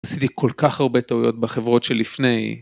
עשיתי כל כך הרבה טעויות בחברות שלפני.